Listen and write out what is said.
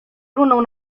runął